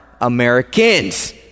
Americans